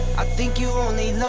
i think you,